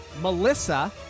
Melissa